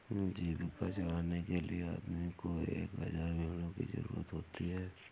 जीविका चलाने के लिए आदमी को एक हज़ार भेड़ों की जरूरत होती है